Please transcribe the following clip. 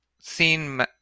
seen